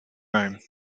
rome